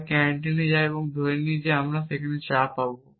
তাই আমরা ক্যান্টিনে যাই এবং ধরে নিই যে আমি সেখানে চা পাব